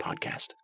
Podcast